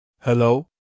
Hello